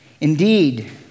Indeed